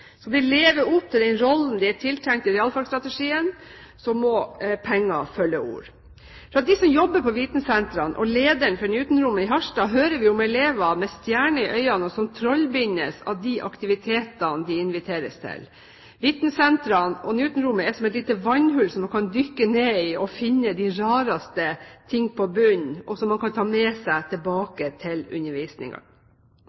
den rollen de er tiltenkt i realfagstrategien, må penger følge ord. Fra dem som jobber på vitensentrene, og lederen for Newton-rommet i Harstad hører vi om elever med stjerner i øyene som trollbindes av de aktivitetene de inviteres til. Vitensentrene og Newton-rommet er som et lite vannhull som man kan dykke ned i og finne de rareste ting på bunnen, som man kan ta med seg